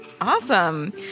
Awesome